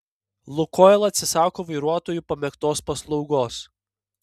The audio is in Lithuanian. lukoil atsisako vairuotojų pamėgtos paslaugos